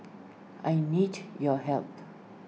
I need your help